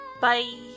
Bye